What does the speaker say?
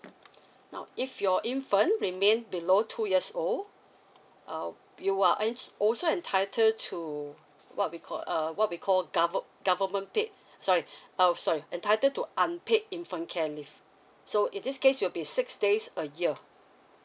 now if your infant remain below two years old uh you are ent~ also entitled to what we call uh what we call gover~ government paid sorry oh sorry entitled to unpaid infant care leave so in this case it will be six days a year